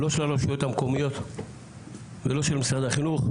לא של הרשויות המקומיות ולא של משרד החינוך.